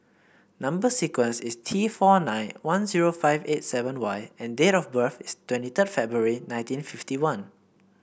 number sequence is T four nine one zero five eight seven Y and date of birth is twenty third February nineteen fifty one